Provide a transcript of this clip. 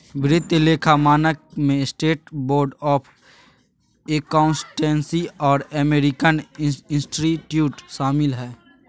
वित्तीय लेखा मानक में स्टेट बोर्ड ऑफ अकाउंटेंसी और अमेरिकन इंस्टीट्यूट शामिल हइ